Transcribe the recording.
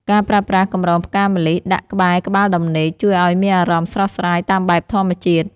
ការប្រើប្រាស់កំរងផ្កាម្លិះដាក់ក្បែរក្បាលដំណេក ជួយឱ្យមានអារម្មណ៍ស្រស់ស្រាយតាមបែបធម្មជាតិ។